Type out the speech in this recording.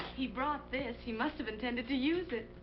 he brought this. he must have intended to use it.